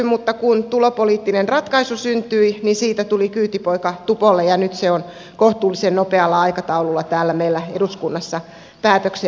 mutta kun tulopoliittinen ratkaisu syntyi niin siitä tuli kyytipoika tupolle ja nyt se on kohtuullisen nopealla aikataululla täällä meillä eduskunnassa päätöksenteossa